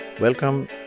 Welcome